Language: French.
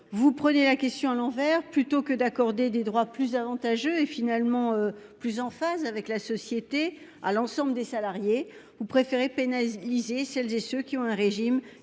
Vous prenez la question à l'envers : plutôt que d'accorder des droits plus avantageux et, finalement, plus en phase avec la société à l'ensemble des salariés, vous préférez pénaliser celles et ceux qui bénéficient